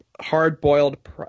hard-boiled